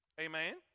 Amen